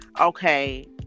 okay